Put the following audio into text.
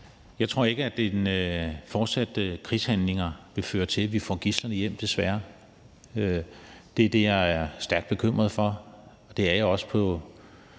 desværre ikke, at de fortsatte krigshandlinger vil føre til, at vi får gidslerne hjem. Det er det, jeg er stærkt bekymret for, og det er jeg også på